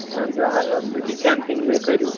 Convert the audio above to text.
اَہَن حَظ آ کیمپِنٛگ کرٮ۪و